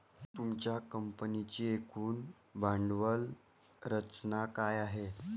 तुमच्या कंपनीची एकूण भांडवल रचना काय आहे?